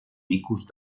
micos